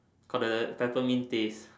got the Peppermint taste